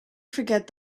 forget